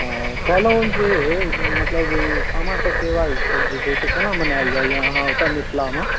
हँ कहलहुँ जे मतलब ई सामा चकेबा सब जे छै से केना मनाएल जाइया अहाँ ओतऽ मिथिलामे